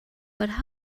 about